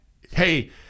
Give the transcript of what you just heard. hey